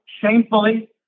shamefully